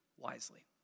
wisely